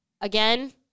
again